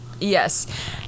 Yes